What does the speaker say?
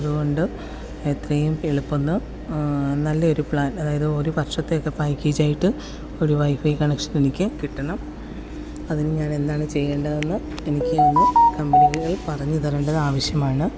അതുകൊണ്ട് എത്രയും എളുപ്പം ഒന്ന് നല്ല ഒരു പ്ലാൻ അതായത് ഒരു വർഷത്തേക്ക് പാക്കേജ് ആയിട്ട് ഒരു വൈഫൈ കണക്ഷൻ എനിക്ക് കിട്ടണം അതിന് ഞാൻ എന്താണ് ചെയ്യേണ്ടതെന്ന് എനിക്കൊന്ന് കമ്പിനികൾ പറഞ്ഞു തരേണ്ടതാണ് ആവശ്യമാണ്